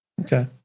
Okay